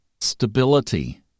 stability